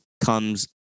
comes